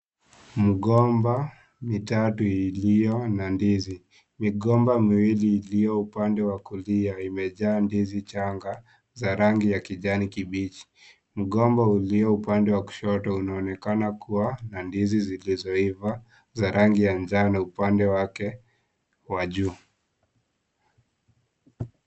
Migomba mitatu iliyo na ndizi, migomba miwili iliyo upande wa kulia imejaa ndizi changa za rangi ya kijani kibichi mgomba ulio upande wa kushoto unaonekana kuwa na ndizi zilizoiva za rangi ya njano upande wake wa juu.